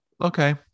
Okay